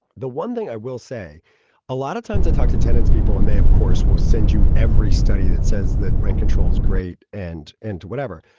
the one thing i will say a lot of times i talk to tenants, people, and they, of course, will send you every study that says that rent controls great and and whatever.